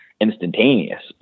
instantaneous